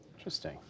Interesting